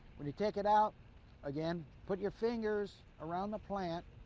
when you take it out again, put your fingers around the plant.